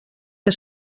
que